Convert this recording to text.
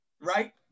right